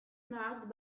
marked